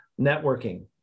Networking